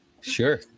Sure